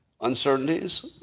uncertainties